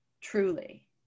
Truly